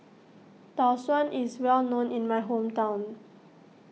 Tau Suan is well known in my hometown